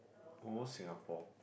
old Singapore